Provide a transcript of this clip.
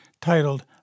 titled